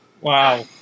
Wow